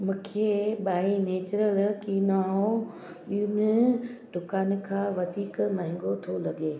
मूंखे by nature किनाओ ॿियुनि दुकानुनि खां वधीक महांगो थो लॻे